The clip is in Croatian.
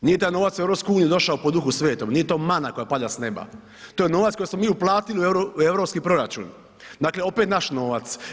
Nije taj novac u EU došao po duhu svetom, nije to mana koja pada s neba, to je novac koji smo mi uplatili u europski proračun, dakle opet naš novac.